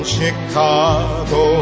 Chicago